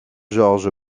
george